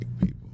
people